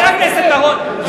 נסתתמו טענותיך.